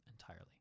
entirely